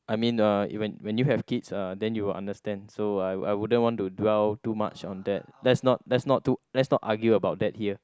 I mean uh when when you have kids uh then you will understand so I I wouldn't want to dwell too much on that let's not let's not to let's not argue about that here